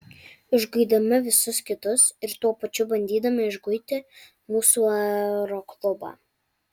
išguidami visus kitus ir tuo pačiu bandydami išguiti mūsų aeroklubą